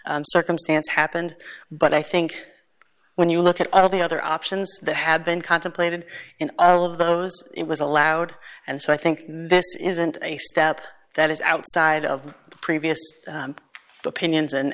exact circumstance happened but i think when you look at all the other options that have been contemplated in all of those it was allowed and so i think this isn't a step that is outside of the previous opinions